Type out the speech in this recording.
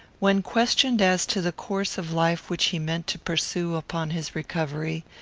when questioned as to the course of life which he meant to pursue upon his recovery,